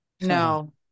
No